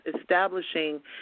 establishing